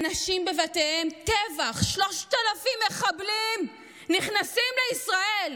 אנשים בבתיהם, טבח, 3,000 מחבלים נכנסים לישראל,